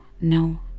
no